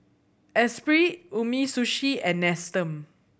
Espirit Umisushi and Nestum